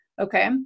okay